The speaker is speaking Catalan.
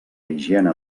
higiene